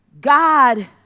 God